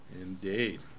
Indeed